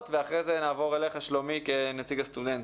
ולאחר מכן נעבור לשלומי כנציג הסטודנטים.